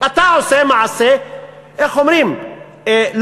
אתה עושה מעשה לא מוסרי.